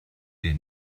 der